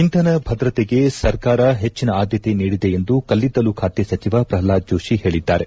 ಇಂಧನ ಭದ್ರತೆಗೆ ಸರ್ಕಾರ ಹೆಚ್ಚಿನ ಆದ್ಯತೆ ನೀಡಿದೆ ಎಂದು ಕಲ್ಲಿದ್ದಲು ಖಾತೆ ಸಚಿವ ಪ್ರಖ್ಲಾದ್ ಜೋಶಿ ಹೇಳಿದ್ದಾರೆ